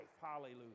hallelujah